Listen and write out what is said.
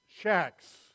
shacks